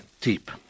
deep